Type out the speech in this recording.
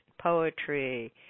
poetry